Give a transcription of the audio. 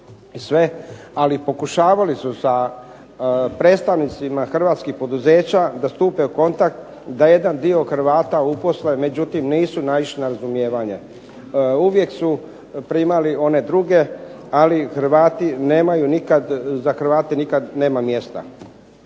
sve, pokušavali su sa predstavnicima hrvatskih poduzeća da stupe u kontakt da jedan dio Hrvata uposle, međutim nisu naišli na razumijevanje. Uvijek su primali one druge, ali za Hrvate nikada nema mjesta.